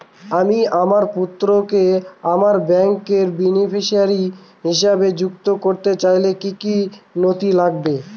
আমি আমার পুত্রকে আমার ব্যাংকের বেনিফিসিয়ারি হিসেবে সংযুক্ত করতে চাইলে কি কী নথি লাগবে?